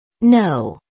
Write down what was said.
No